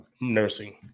Nursing